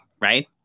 right